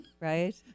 right